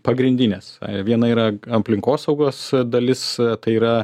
pagrindines viena yra aplinkosaugos dalis tai yra